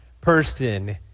person